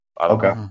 okay